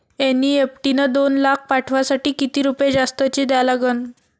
NEFT न दोन लाख पाठवासाठी किती रुपये जास्तचे द्या लागन?